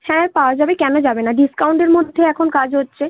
হ্যাঁ পাওয়া যাবে কেন যাবে না ডিসকাউন্টের মধ্যে এখন কাজ হচ্চে